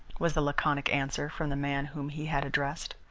was the laconic answer from the man whom he had addressed.